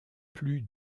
plus